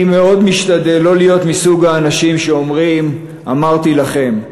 אני מאוד משתדל לא להיות מסוג האנשים שאומרים: אמרתי לכם.